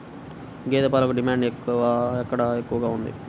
గేదె పాలకు డిమాండ్ ఎక్కడ ఎక్కువగా ఉంది?